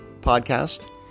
podcast